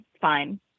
fine